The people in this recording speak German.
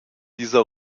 dieser